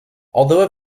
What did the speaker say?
although